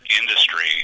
industry